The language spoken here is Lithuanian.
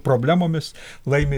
problemomis laimi